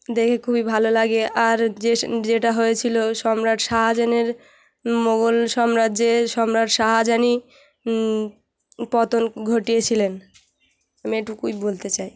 দেখে খুবই ভালো লাগে আর যে সো যেটা হয়েছিলো সম্রাট শাহজাহানের মোগল সম্রাজ্যের সম্রাট শাহজাহানই পতন ঘটিয়েছিলেন আমি এটুকুই বলতে চাই